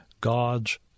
God's